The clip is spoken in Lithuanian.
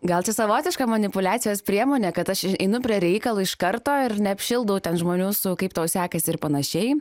gal čia savotiška manipuliacijos priemonė kad aš einu prie reikalo iš karto ir neapšilau ten žmonių su kaip tau sekasi ir panašiai